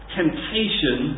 temptation